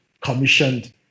commissioned